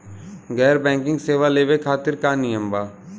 गैर बैंकिंग सेवा लेवे खातिर का नियम बा?